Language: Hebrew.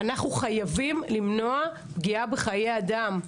אנחנו חייבים למנוע פגיעה בחיי אדם.